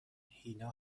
هینا